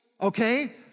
Okay